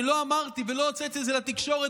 אני לא אמרתי ולא הוצאתי את זה לתקשורת,